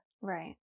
Right